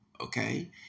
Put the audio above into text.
okay